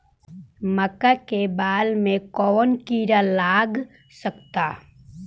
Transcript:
मका के बाल में कवन किड़ा लाग सकता?